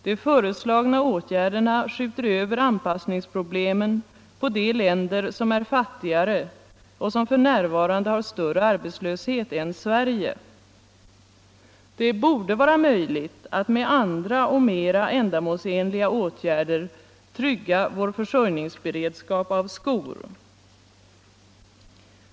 De föreslagna åtgärderna skjuter över anpassningsproblemen på de länder som är fattigare och som för närvarande har större arbetslöshet än Sverige.” Det borde vara möjligt att med andra och mera ändamålsenliga åtgärder trygga vår försörjningsberedskap vad gäller skor.